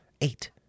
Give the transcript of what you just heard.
eight